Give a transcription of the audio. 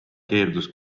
keeldus